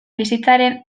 bizitzaren